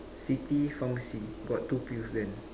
city pharmacy got two pills then